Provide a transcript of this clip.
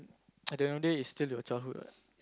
I don't know day is still your childhood what